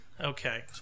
Okay